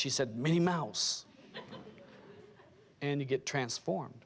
she said minnie mouse and you get transform